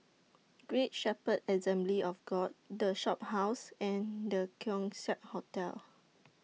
Great Shepherd Assembly of God The Shophouse and The Keong Saik Hotel